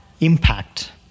Impact